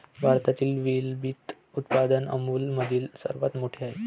भारतातील विलंबित उत्पादन अमूलमधील सर्वात मोठे आहे